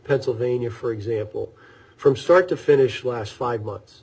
pennsylvania for example from start to finish last five